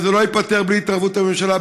וזה לא ייפתר בלי התערבות הממשלה,